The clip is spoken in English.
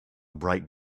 bright